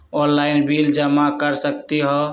Online bill जमा कर सकती ह?